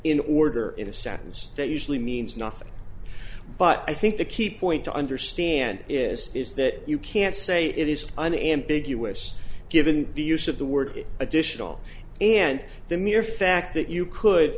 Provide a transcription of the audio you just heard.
in order in a sentence that usually means nothing but i think the key point to understand is is that you can't say it is an ambiguous given the use of the word additional and the mere fact that you could